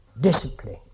Discipline